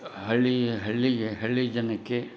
ಹಳ್ಳಿ ಹಳ್ಳಿಗೆ ಹಳ್ಳಿ ಜನಕ್ಕೆ